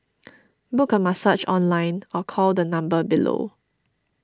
book a massage online or call the number below